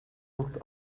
wird